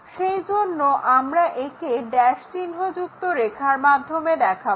সেই জন্য আমরা একে ড্যাশ চিহ্ন যুক্ত রেখার মাধ্যমে দেখাবো